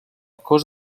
cos